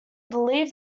believed